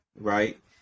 right